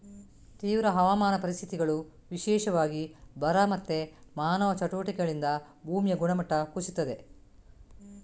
ತೀವ್ರ ಹವಾಮಾನ ಪರಿಸ್ಥಿತಿಗಳು, ವಿಶೇಷವಾಗಿ ಬರ ಮತ್ತೆ ಮಾನವ ಚಟುವಟಿಕೆಗಳಿಂದ ಭೂಮಿಯ ಗುಣಮಟ್ಟ ಕುಸೀತದೆ